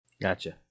Gotcha